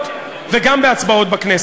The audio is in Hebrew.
זה לגיטימי אבל מגוחך.